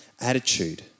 attitude